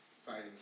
fighting